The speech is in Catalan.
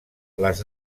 les